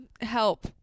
Help